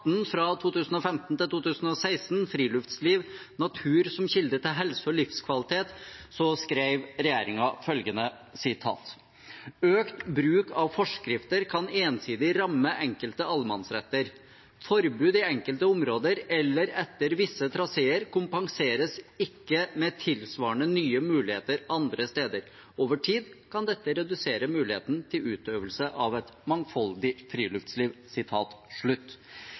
Friluftsliv – Natur som kilde til helse og livskvalitet, skrev regjeringen følgende: «Økt bruk av forskrifter kan ensidig ramme enkelte allemannsretter. Forbud i enkelte områder eller etter visse traseer, kompenseres ikke med tilsvarende nye muligheter andre steder. Over tid kan dette redusere muligheten til utøvelse av et mangfoldig friluftsliv.»